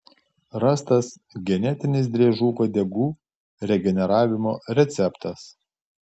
rastas genetinis driežų uodegų regeneravimo receptas